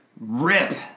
rip